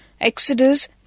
Exodus